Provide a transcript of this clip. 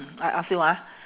I ask you ah